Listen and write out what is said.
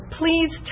please